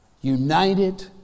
united